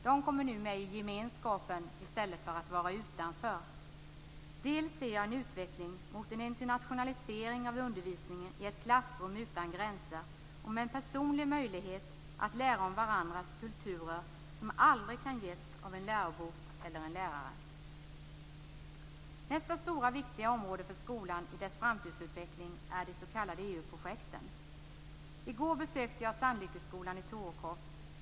De kommer nu med i gemenskapen i stället för att vara utanför. Jag ser också en utveckling mot en internationalisering av undervisningen i ett klassrum utan gränser och med en personlig möjlighet att lära om varandras kulturer som aldrig kan ges av en lärobok eller en lärare. Nästa stora viktiga område för skolan och dess framtidsutveckling är de s.k. EU-projekten. I går besökte jag Sandlyckeskolan i Torekov.